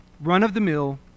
run-of-the-mill